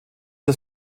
das